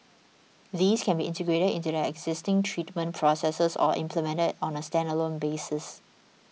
these can be integrated into their existing treatment processes or implemented on a standalone basis